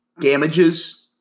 damages